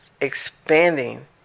expanding